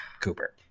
Cooper